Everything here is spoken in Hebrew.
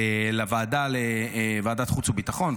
לוועדת החוץ והביטחון.